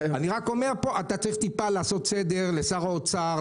אני רק אומר פה שאתה צריך לעשות סדר לשר האוצר,